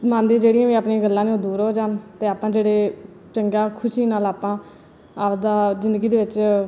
ਮਨ ਦੀਆਂ ਜਿਹੜੀਆਂ ਵੀ ਆਪਣੀਆਂ ਗੱਲਾਂ ਨੇ ਉਹ ਦੂਰ ਹੋ ਜਾਣ ਅਤੇ ਆਪਾਂ ਜਿਹੜੇ ਚੰਗਾ ਖੁਸ਼ੀ ਨਾਲ ਆਪਾਂ ਆਪਦਾ ਜ਼ਿੰਦਗੀ ਦੇ ਵਿੱਚ